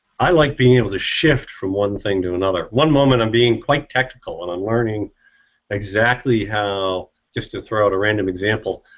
like being able to shift from one thing to another. one moment i'm being quite tactical and i'm learning exactly how just to throw out a random example.